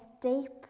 deep